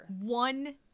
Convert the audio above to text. One